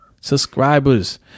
subscribers